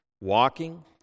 walking